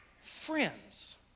friends